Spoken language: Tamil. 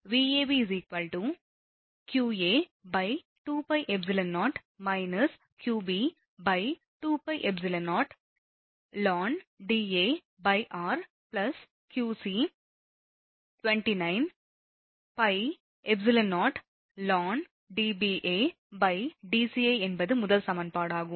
Vab qa2πεo q qb2πεo ln Dar qc29πεoln DbcDca என்பது முதல் சமன்பாடு ஆகும்